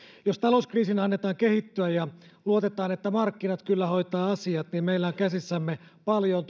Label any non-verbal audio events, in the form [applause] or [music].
jos talouskriisin annetaan kehittyä ja luotetaan että markkinat kyllä hoitaa asiat niin meillä on käsissämme paljon [unintelligible]